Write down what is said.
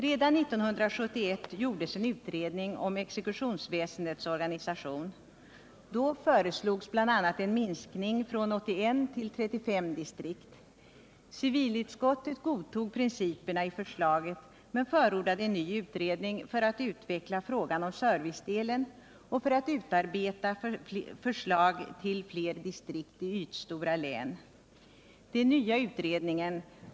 Redan 1971 gjordes en utredning om exckutionsväsendets organisation. Då föreslogs bl.a. en minskning från 81 till 35 distrikt. Civilutskottet godtog principerna i förslaget men förordade en ny utredning för att utveckla frågan om servicedelen och för att utarbeta förslag till fler distrikt i ytstora län. Den nya utredningen.